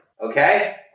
okay